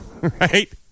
Right